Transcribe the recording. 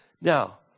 Now